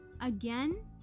again